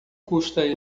custa